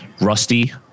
Rusty